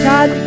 God